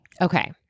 Okay